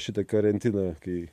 šitą karantiną kai